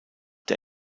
der